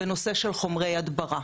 בנושא של חומרי הדברה.